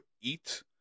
eat